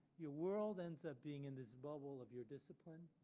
your world ends up being in this bubble of your discipline,